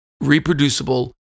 reproducible